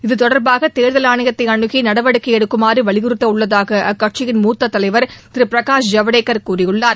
இது தொடர்பாக தேர்தல் ஆணையத்தை அணுகி நடவடிக்கை எடுக்குமாறு வலியுறுத்த உள்ளதாக அக்கட்சியின் மூத்த தலைவர் திரு பிரகாஷ் ஜவடேக்கர் கூறியுள்ளார்